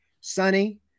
sunny